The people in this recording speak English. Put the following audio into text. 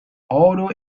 other